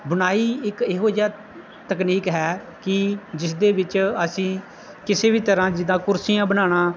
ਬੁਣਾਈ ਇੱਕ ਇਹੋ ਜਿਹੀ ਤਕਨੀਕ ਹੈ ਕਿ ਜਿਸ ਦੇ ਵਿੱਚ ਅਸੀਂ ਕਿਸੇ ਵੀ ਤਰ੍ਹਾਂ ਜਿੱਦਾਂ ਕੁਰਸੀਆਂ ਬਣਾਉਣਾ